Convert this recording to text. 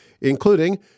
including